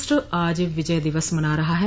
राष्ट्र आज विजय दिवस मना रहा है